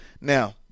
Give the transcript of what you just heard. Now